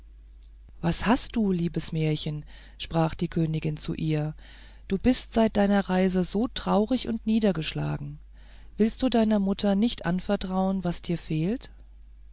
was hast du liebes märchen sprach die königin zu ihr du bist seit deiner reise so traurig und niedergeschlagen willst du deiner mutter nicht anvertrauen was dir fehlt